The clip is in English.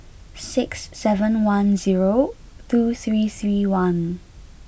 six seven one zero two three three one